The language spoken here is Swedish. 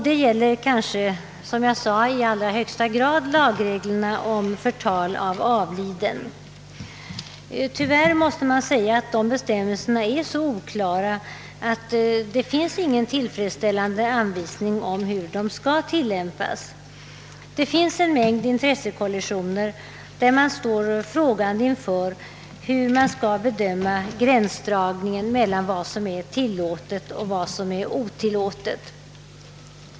Det gäller kanske, som jag sade, i allra högsta grad lagreglerna om förtal av avliden. Tyvärr finns det inte någon tillfredsställande anvis "ning om hur de skall tillämpas. Det finns en mängd intressekollisioner, där man står frågande inför gränsdragningen mellan vad som är tillåtet och vad som är otillåtet.